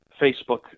Facebook